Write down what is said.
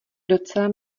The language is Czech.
docela